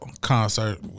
concert